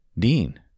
Dean